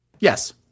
Yes